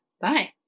bye